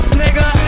nigga